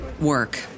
work